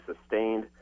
sustained